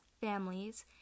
families